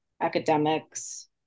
academics